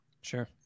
Sure